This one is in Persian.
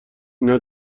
اینا